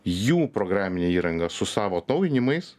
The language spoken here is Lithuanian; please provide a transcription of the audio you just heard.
jų programinė įranga su savo atnaujinimais